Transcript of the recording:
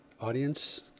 Audience